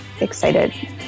excited